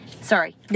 sorry